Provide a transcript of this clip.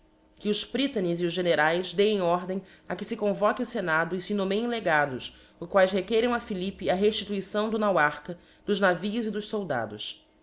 que os pr lanes e os generaes dêem ordem a que fe convoque o fenado e fe nomeiem legados os quaes requeiram a philippe a reftituição do nauarcha dos navios e dos soldados